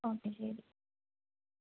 okay ശരി